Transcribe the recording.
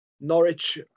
Norwich